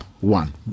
one